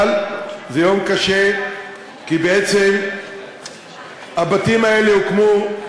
אבל זה יום קשה כי בעצם הבתים האלה הוקמו,